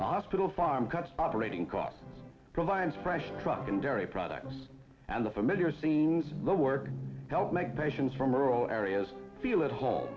fishing hospital farm cuts operating cost providers fresh truck and dairy products and the familiar scenes the work help make patients from rural areas feel at home